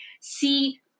see